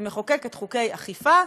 היא מחוקקת חוקי אכיפה,